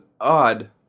odd